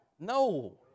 no